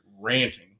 ranting